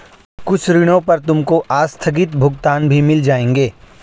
कुछ ऋणों पर तुमको आस्थगित भुगतान भी मिल जाएंगे